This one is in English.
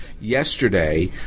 yesterday